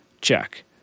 check